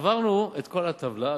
הסברתי על האבטלה.